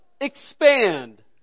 Expand